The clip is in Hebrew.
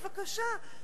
בבקשה,